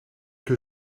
que